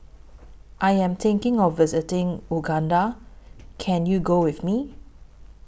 I Am thinking of visiting Uganda Can YOU Go with Me